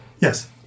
Yes